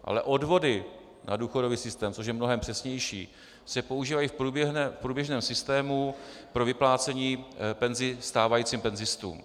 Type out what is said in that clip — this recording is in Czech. Ale odvody na důchodový systém, což je mnohem přesnější, se používají v průběžném systému pro vyplácení penzí stávajícím penzistům.